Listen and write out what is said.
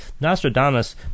Nostradamus